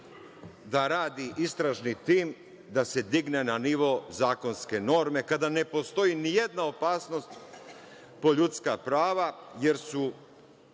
da radi istražni tim da se digne na nivo zakonske norme kada ne postoji ni jedna opasnost po ljudska prava, jer su